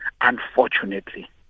unfortunately